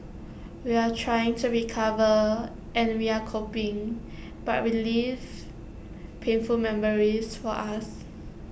we're trying to recover and we're coping but relives painful memories for us